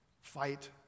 fight